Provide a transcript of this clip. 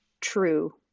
true